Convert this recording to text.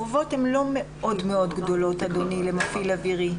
החובות הן לא מאוד מאוד גדולות למפעיל אווירי.